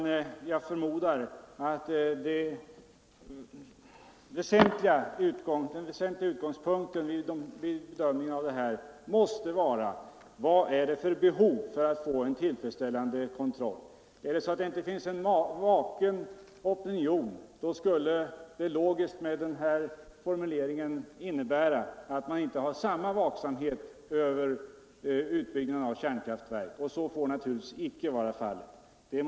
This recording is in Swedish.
Jag förmodar att den väsentliga utgångspunkten i bedömningen måste vara vad som behövs för att få en tillfredsställande kontroll. Finns det inte en vaken opinion, skulle det med den här formuleringen logiskt innebära att man inte har samrha vaksamhet över utbyggnaden av kärnkraftverk, och det får naturligtvis icke vara fallet.